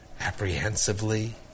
apprehensively